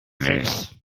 sich